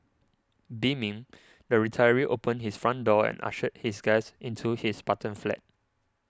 beaming the retiree opened his front door and ushered his guest into his Spartan flat